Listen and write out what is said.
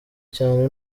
cyane